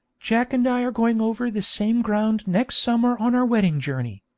jack and i are going over this same ground next summer on our wedding journey.